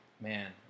man